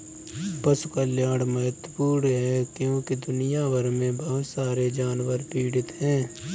पशु कल्याण महत्वपूर्ण है क्योंकि दुनिया भर में बहुत सारे जानवर पीड़ित हैं